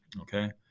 Okay